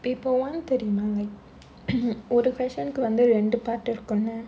paper one தெரியுமா:theriyumaa like ஒரு:oru question வந்து ரெண்டு:vandhu rendu part இருக்கும்ல:irukkumla